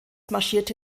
marschierte